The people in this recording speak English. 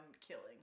killing